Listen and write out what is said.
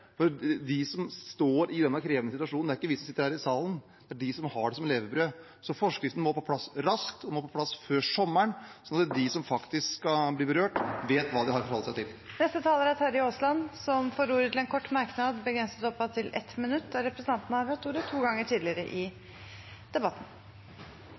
usikkerhet. De som står i denne krevende situasjonen, er ikke vi som sitter i denne salen, det er de som har dette som levebrød. Forskriften må på plass raskt – før sommeren, slik at de som faktisk blir berørt, vet hva de har å forholde seg til. Representanten Terje Aasland har hatt ordet to ganger tidligere og får ordet til en kort merknad, begrenset til 1 minutt.